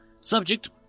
Subject